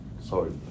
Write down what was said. Sorry